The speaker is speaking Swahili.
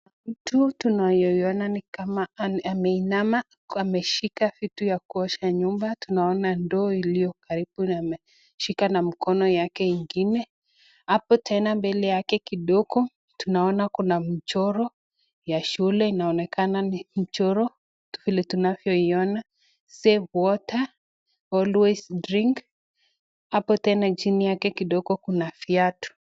Mtu tunaona ameinama ameshika kitu ya kuosha nyumba. Tunaona ndoo iliyo karibu ameshika na mkono yake ingine. Hapo tena mbele yake kidogo, tunaona kuna mchoro ya shule inaonekana mchoro vile tunavyoiona. Save water always drink . Hapo tena chini yake kidogo kuna viatu.